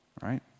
right